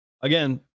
again